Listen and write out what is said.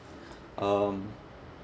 um